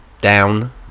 Down